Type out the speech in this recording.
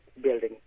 building